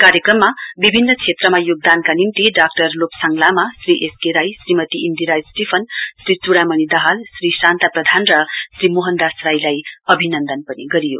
कार्यक्रममा विभिन्न क्षेत्रमा योगदानका निम्ति doctor Loksang Lama Shri S K Rai Shrimati Indira स्टीफनश्री चुड़ामणि दाहाल श्री शान्ता प्रधान र श्री मोहन दास राईलाई अभिनन्दन पनि गरियो